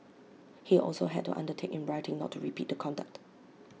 he also had to undertake in writing not to repeat the conduct